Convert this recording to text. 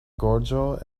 gorĝo